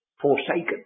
forsaken